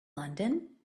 london